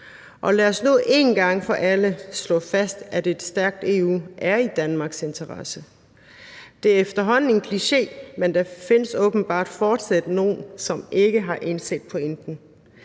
Og lad os nu en gang for alle slå fast, at et stærkt EU er i Danmarks interesse. Det er efterhånden en kliché, men der findes åbenbart fortsat nogen, som ikke har indset pointen.